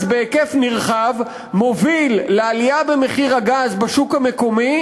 בהיקף נרחב מוביל לעלייה במחיר הגז בשוק המקומי,